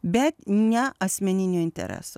bet ne asmeninių interesų